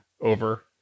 over